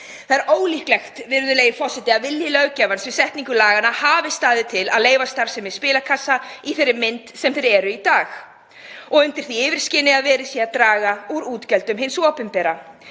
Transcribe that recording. Það er ólíklegt, virðulegi forseti, að vilji löggjafans við setningu laganna hafi staðið til að leyfa starfsemi spilakassa í þeirri mynd sem þeir eru í dag og undir því yfirskini að verið sé að draga úr útgjöldum hins opinbera.